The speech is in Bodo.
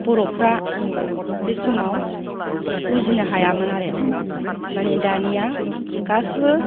बर'फ्रा बे समाव बुजिनो हायामोन आरो मानि दानिया गासिबो